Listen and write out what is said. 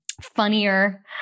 funnier